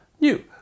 new